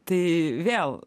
tai vėl